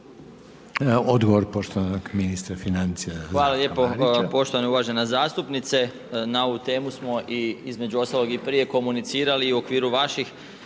Zdravka Marića. **Marić, Zdravko** Hvala lijepa poštovana uvažena zastupnice. Na ovu temu smo i između ostalog i prije komunicirali i u okviru vaših